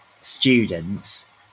students